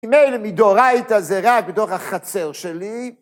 אם אין מידוריית, אז זה רק דור החצר שלי.